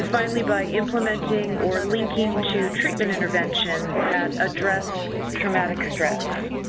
finally by implementing or linking to treatment interventions that address traumatic stress.